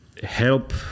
help